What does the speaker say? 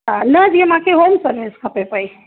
हा न जीअं मांखे होम सर्विस खपे पेई